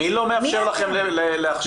מי לא מאפשר לכם להכשיר.